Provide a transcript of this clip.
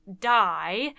die